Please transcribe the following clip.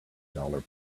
dollar